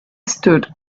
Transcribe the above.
stood